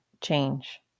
change